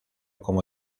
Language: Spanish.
como